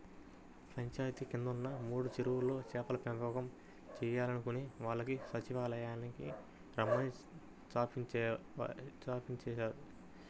పంచాయితీ కిందున్న మూడు చెరువుల్లో చేపల పెంపకం చేయాలనుకునే వాళ్ళని సచ్చివాలయానికి రమ్మని చాటింపేశారు